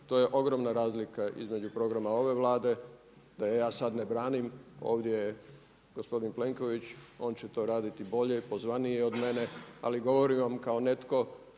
to je ogromna razlika između programa ove Vlade, da je ja sada ne branim ovdje je gospodin Plenković, on će to radi bolje, pozvaniji je od mene. Ali govorim vam kao netko